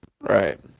Right